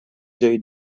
جای